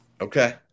Okay